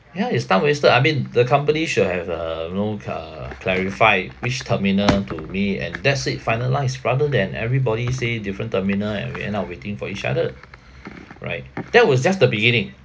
ya it's time wasted I mean the company should have uh you know ca~ uh clarified which terminal to meet and that's it finalised rather than everybody say different terminal and we end up waiting for each other right that was just the beginning